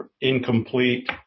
incomplete